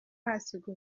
ahasiga